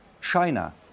China